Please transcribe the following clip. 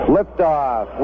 Liftoff